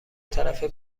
طرفه